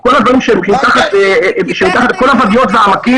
-- כל הדברים שמתחת לכל הוואדיות והעמקים